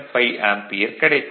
75 ampere கிடைக்கும்